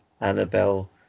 Annabelle